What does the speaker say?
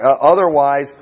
Otherwise